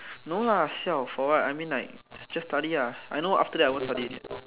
no lah siao for what I mean like just study lah I know after that I won't study already ah